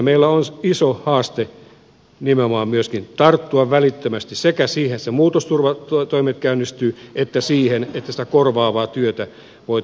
meillä on iso haaste nimenomaan tarttua välittömästi sekä siihen että muutosturvatoimet käynnistyvät että siihen että korvaavaa työtä voitaisiin sitten näillä alueilla järjestää